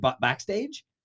backstage